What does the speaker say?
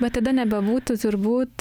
bet tada nebebūtų turbūt